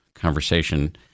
Conversation